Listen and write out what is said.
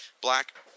Black